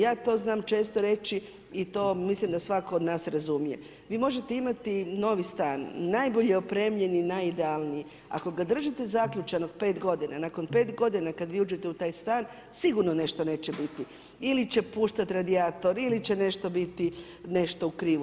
Ja to znam često reći i to mislim da svako od nas razumije, vi možete imati novi stan, najbolje opremljen i najidealniji ako ga držite zaključanog pet godina, nakon pet godina kad vi uđete u taj stan, sigurno nešto neće biti ili će puštati radijator ili će nešto biti nešto u krivu.